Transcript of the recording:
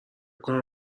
کنم